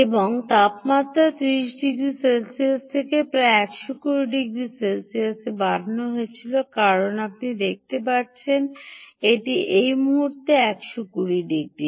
এবং তাপমাত্রা 30 degree Celsius থেকে প্রায় 120 ডিগ্রি সেলসিয়াসে বাড়ানো হয়েছিল কারণ আপনি দেখতে পাচ্ছেন এটি এই মুহুর্তে 120 ডিগ্রি